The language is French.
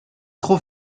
trop